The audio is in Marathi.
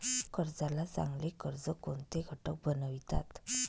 कर्जाला चांगले कर्ज कोणते घटक बनवितात?